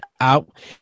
out